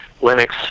Linux